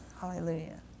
Hallelujah